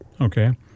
Okay